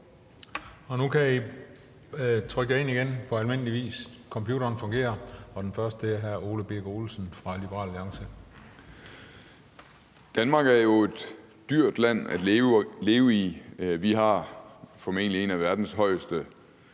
Nu kan I trykke jer ind igen på almindelig vis. Computeren fungerer. Den første er hr. Ole Birk Olesen fra Liberal Alliance. Kl. 17:36 Ole Birk Olesen (LA): Danmark er jo et dyrt land at leve i. Vi har formentlig en af verdens højeste